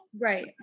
Right